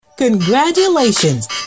Congratulations